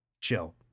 chill